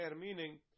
Meaning